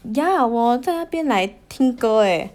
yeah ah 我在那边 like 听歌 eh